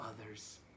others